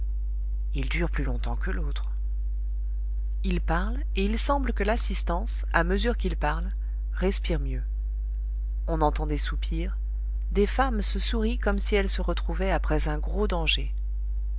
il dure plus longtemps que l'autre il parle et il semble que l'assistance à mesure qu'il parle respire mieux on entend des soupirs des femmes se sourient comme si elles se retrouvaient après un gros danger